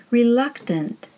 reluctant